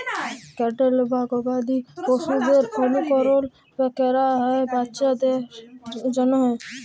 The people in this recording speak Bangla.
ক্যাটেল বা গবাদি পশুদের অলুকরল ক্যরা হ্যয় বাচ্চার জ্যনহে